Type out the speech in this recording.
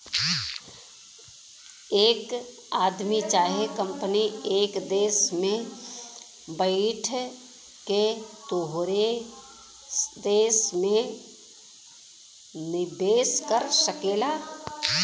एक आदमी चाहे कंपनी एक देस में बैइठ के तोहरे देस मे निवेस कर सकेला